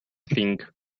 thing